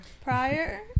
Prior